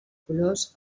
colors